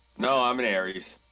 no, i'm an aries.